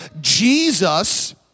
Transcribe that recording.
jesus